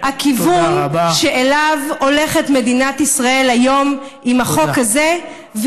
זה הכיוון שאליו הולכת מדינת ישראל היום עם החוק הזה,